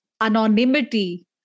anonymity